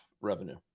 revenue